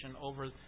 over